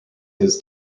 his